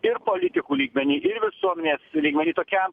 ir politikų lygmeny ir visuomenės lygmeny tokią